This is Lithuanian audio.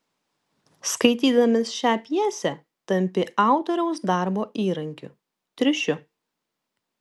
skaitydamas šią pjesę tampi autoriaus darbo įrankiu triušiu